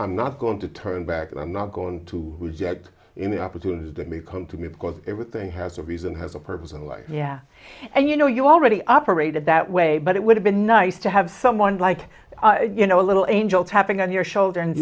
i'm not going to turn back and i'm not going to reject in the opportunities that may come to me because everything has a reason has a purpose in life and you know you already operated that way but it would have been nice to have someone like you know a little angel tapping on your shoulder and